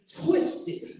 twisted